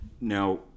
Now